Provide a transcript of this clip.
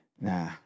Nah